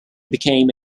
became